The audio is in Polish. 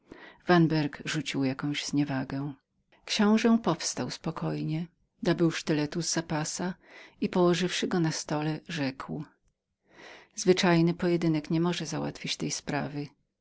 vanberg odpowiedział niewiem jakąś zniewagą książe powstał spokojnie dobył sztyletu z zapasa i położywszy go na stole rzekł zwyczajny pojedynek nie może załatwić tej sprawy